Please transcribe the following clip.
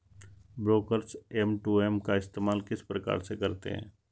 Brokers M to M का इस्तेमाल किस प्रकार से करते हैं?